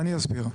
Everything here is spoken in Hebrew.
אני אסביר,